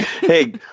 hey